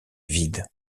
vide